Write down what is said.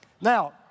Now